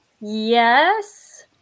Yes